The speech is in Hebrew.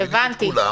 מבהילים את כולם.